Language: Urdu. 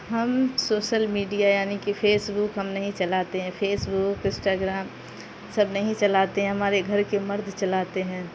ہم سوشل میڈیا یعنی کہ فیس بک ہم نہیں چلاتے ہیں فیس بک انسٹا گرام سب نہیں چلاتے ہیں ہمارے گھر کے مرد چلاتے ہیں